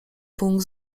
punkt